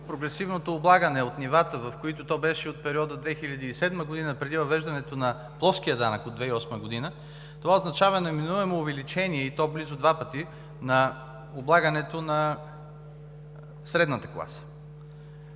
прогресивното облагане от нивата, в които то беше от периода 2007 г., преди въвеждането на плоския данък от 2008 г., това означава неминуемо увеличение, и то близо два пъти, на облагането на средната класа.